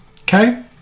Okay